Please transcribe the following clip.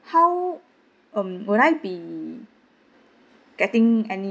how um would I be getting any